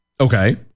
Okay